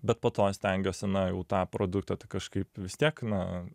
bet po to stengiuosi na jau tą produktą tai kažkaip vis tiek na